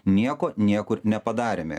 nieko niekur nepadarėme